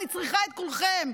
אני צריכה את כולכם.